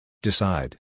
Decide